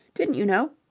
didn't you know?